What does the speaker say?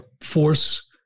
force